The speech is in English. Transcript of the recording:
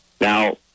Now